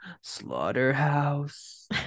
Slaughterhouse